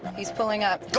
he's pulling up.